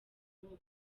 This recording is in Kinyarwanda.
none